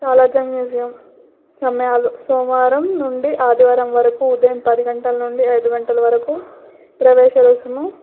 Salar Jung museum సమయాలు సోమవారం నుండి ఆదివారం వరకు ఉదయం పది గంటల నుండి ఐదు గంటల వరకు ప్రవేశ రుసుము